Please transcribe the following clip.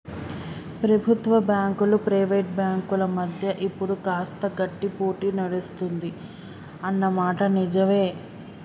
ప్రభుత్వ బ్యాంకులు ప్రైవేట్ బ్యాంకుల మధ్య ఇప్పుడు కాస్త గట్టి పోటీ నడుస్తుంది అన్న మాట నిజవే